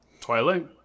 Twilight